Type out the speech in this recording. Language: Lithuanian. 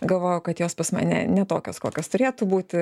galvojau kad jos pas mane ne tokios kokios turėtų būti